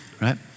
right